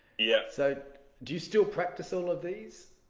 yeah. so do you still practice all of these?